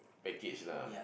package lah